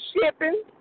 shipping